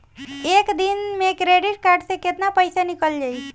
एक दिन मे क्रेडिट कार्ड से कितना पैसा निकल जाई?